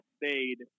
stayed